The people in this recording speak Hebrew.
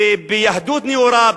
ביהדות נאורה,